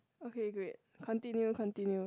okay great continue continue